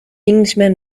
englishman